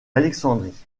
alexandrie